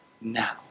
now